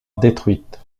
détruite